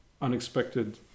unexpected